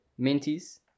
Minties